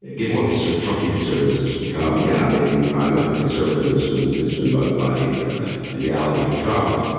it gave more concern. trumping conservatism has become. yeah, maybe i'm a conservative who's been who's been mugged by the reality of trump,